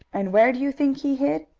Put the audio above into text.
and where do you think he hid?